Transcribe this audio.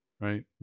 right